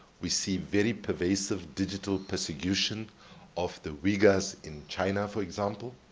we see very pervasive digital persecution of the uyghurs in china, for example.